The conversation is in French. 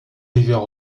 divers